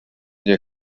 nie